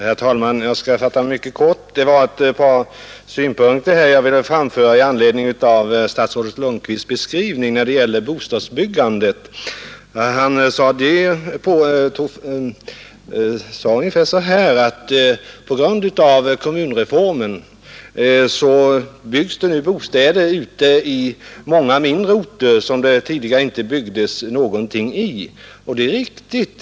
Herr talman! Jag skall fatta mig kort. Det var ett par synpunkter jag ville framföra i anledning av statsrådet Lundkvists beskrivning när det gäller bostadsbyggandet. Han sade ungefär så att på grund av kommunreformen byggs det nu bostäder ute i många mindre orter där det tidigare inte byggdes någonting. Det är riktigt.